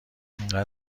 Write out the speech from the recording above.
انقدر